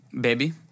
baby